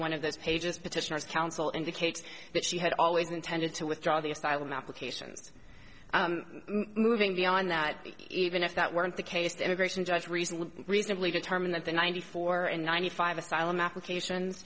one of those pages petitioners counsel indicates that she had always intended to withdraw the asylum applications moving beyond that even if that weren't the case the immigration judge recently reasonably determined that the ninety four and ninety five asylum applications